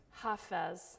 Hafez